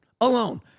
alone